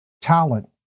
talent